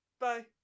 Bye